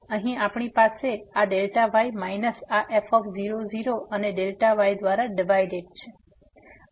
તેથી અહીં આપણી પાસે આ y માઈનસ આ f0 0 અને y દ્વારા ડિવાઈડેડ છે